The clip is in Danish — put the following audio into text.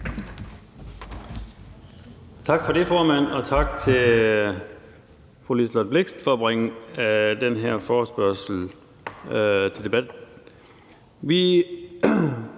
Tak for det, formand, og tak til fru Liselott Blixt for at bringe den her forespørgsel til debat.